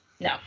No